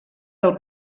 del